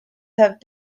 have